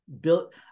built